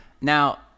Now